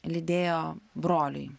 lydėjo broliui